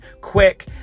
quick